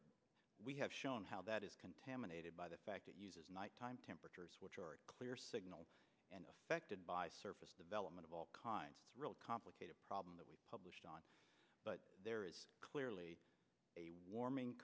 we have shown how that is contaminated by the fact it uses nighttime temperatures which are a clear signal and affected by surface development of all kinds really complicated problem that we published on but there is clearly a warming